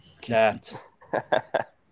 cat